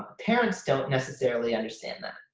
parents don't nescessarily understand that.